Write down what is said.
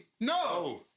No